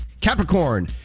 Capricorn